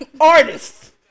artists